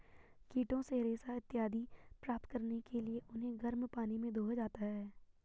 कीटों से रेशा इत्यादि प्राप्त करने के लिए उन्हें गर्म पानी में धोया जाता है